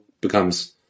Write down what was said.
becomes